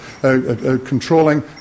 controlling